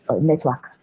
network